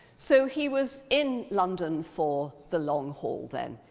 so he was in london for the long haul then.